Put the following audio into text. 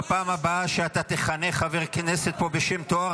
בפעם הבאה שאתה תחנך חבר כנסת פה בשם תואר,